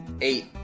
Eight